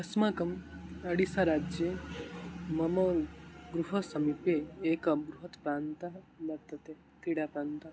अस्माकम् अडिसाराज्ये मम गृहसमीपे एकः बृहत् प्रान्तः वर्तते क्रीडाप्रान्तः